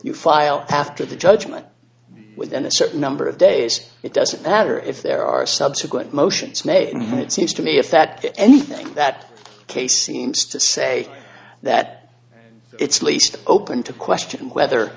you file after the judgment within a certain number of days it doesn't matter if there are subsequent motions made it seems to me if that anything that case seems to say that it's least open to question whether